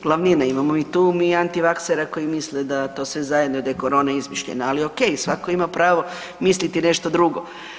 Glavnina imamo mi i tu antivaksera koji misle da to sve zajedno, da je korona izmišljena, ali ok, svako ima pravo misliti nešto drugo.